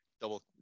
double